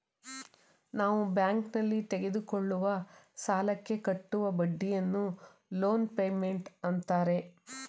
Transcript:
ನಾವು ಬ್ಯಾಂಕ್ನಲ್ಲಿ ತೆಗೆದುಕೊಳ್ಳುವ ಸಾಲಕ್ಕೆ ಕಟ್ಟುವ ಬಡ್ಡಿಯನ್ನು ಲೋನ್ ಪೇಮೆಂಟ್ ಅಂತಾರೆ